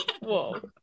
Whoa